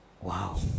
Wow